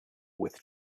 with